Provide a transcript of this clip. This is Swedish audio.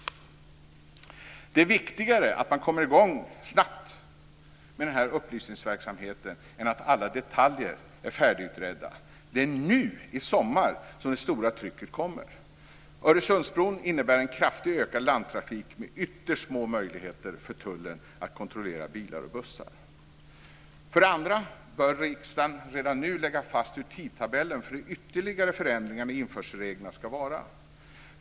Det är viktigare att man kommer i gång snabbt med upplysningsverksamheten än att alla detaljer är färdigutredda. Det är nu i sommar som det stora trycket kommer. Öresundsbron innebär en kraftigt ökad landtrafik med ytterst små möjligheter för tullen att kontrollera bilar och bussar. 2. Redan nu bör riksdagen lägga fast hur tidtabellen för de ytterligare förändringarna i införselreglerna ska vara.